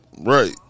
Right